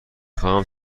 خواهم